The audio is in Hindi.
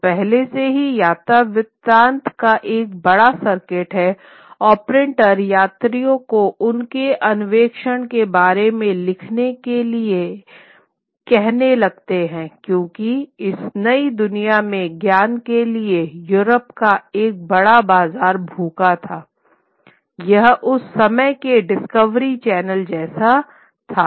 तो पहले से ही यात्रा वृत्तांत का एक बड़ा सर्किट है और प्रिंटर यात्रियों को उनके अन्वेषण के बारे में लिखने के लिए कहने लगते हैं क्योंकि इस नई दुनिया के ज्ञान के लिए यूरोप का एक बड़ा बाजार भूखा थायह उस समय के डिस्कवरी चैनल जैसा था